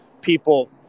people